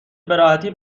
براحتی